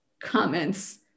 comments